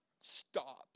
stop